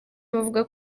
bavuga